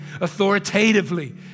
authoritatively